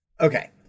Okay